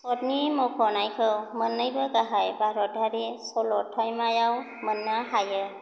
हटनि मख'नायखौ मोननैबो गाहाय भारतारि सल'थाइमायाव मोन्नो हायो